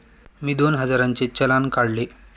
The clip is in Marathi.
मी दोन हजारांचे चलान काढले